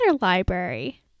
library